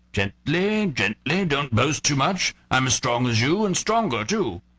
gently, gently, don't boast too much, i'm as strong as you, and stronger too.